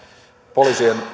poliisien